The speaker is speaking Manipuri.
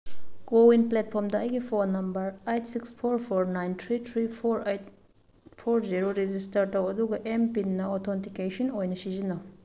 ꯀꯣꯋꯤꯟ ꯄ꯭ꯂꯦꯠꯐꯣꯝꯗ ꯑꯩꯒꯤ phone number eight six four four nine three three four eight four zero register ꯇꯧ ꯑꯗꯨꯒ ꯑꯦꯝ ꯄꯤꯟꯅ ꯑꯣꯊꯣꯟꯇꯤꯀꯦꯁꯟ ꯑꯣꯏꯅ ꯁꯤꯖꯤꯟꯅꯧ